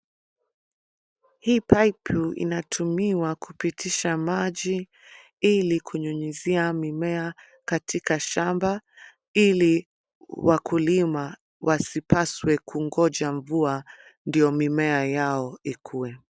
Hii paipu inatumiwa kupitisha maji ili kunyunyuzia mimea katika shamba, ili wakulima wasipaswe kungoja mvua ndo mimea yao ikue.